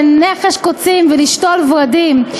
לנכש קוצים ולשתול ורדים.